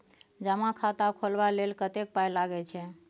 जमा खाता खोलबा लेल कतेक पाय लागय छै